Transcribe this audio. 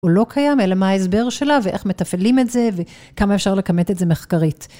או לא קיים, אלא מה ההסבר שלה ואיך מתפעלים את זה וכמה אפשר לכמת את זה מחקרית.